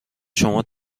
شما